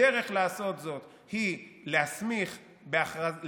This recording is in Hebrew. הדרך לעשות זאת היא להוציא צו,